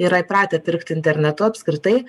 yra įpratę pirkti internetu apskritai